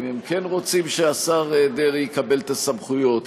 אם הם כן רוצים שהשר דרעי יקבל את הסמכויות,